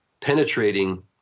penetrating